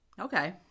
Okay